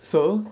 so